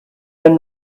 been